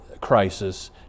crisis